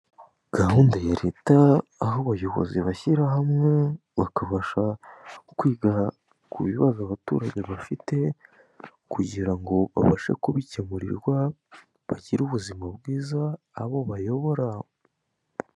Gahunda ya leta aho abayobozi bashyira hamwe bakabasha kwiga ku bibazo abaturage bafite kugira ngo babashe kubikemurirwa bagire ubuzima bwiza abo bayobora.